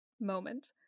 moment